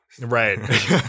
right